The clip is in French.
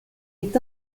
est